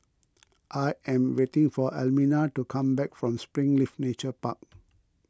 I am waiting for Elmina to come back from Springleaf Nature Park